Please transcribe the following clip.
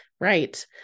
right